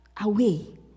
away